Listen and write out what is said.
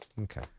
Okay